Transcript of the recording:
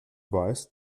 weiß